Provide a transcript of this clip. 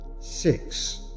six